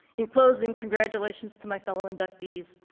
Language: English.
in closing, congratulations to my fellow inductees,